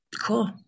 Cool